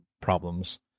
problems